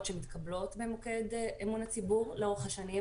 שמתקבלות לאורך השנים במוקד אמון הציבור.